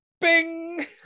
Bing